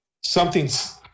Something's